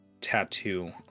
tattoo